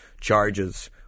Charges